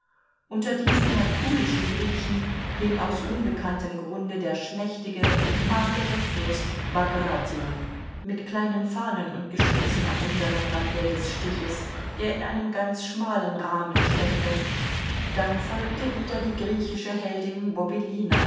unter diesen herkulischen griechen hing aus unbekanntem grunde der schmächtige magere fürst bagration mit kleinen fahnen und geschützen am unteren rande des stiches der in einem ganz schmalen rahmen steckte dann folgte wieder die griechische heldin